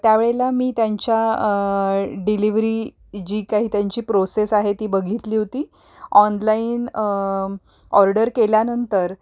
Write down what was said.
त्या वेळेला मी त्यांच्या डिलिव्हरी जी काही त्यांची प्रोसेस आहे ती बघितली होती ऑनलाईन ऑर्डर केल्यानंतर